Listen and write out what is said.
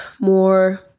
more